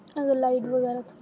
अगर लाइट बगैरा